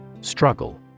Struggle